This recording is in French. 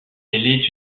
est